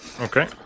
Okay